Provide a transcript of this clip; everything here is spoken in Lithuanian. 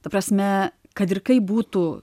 ta prasme kad ir kaip būtų